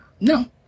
No